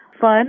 fun